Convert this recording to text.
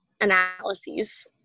analyses